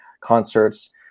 concerts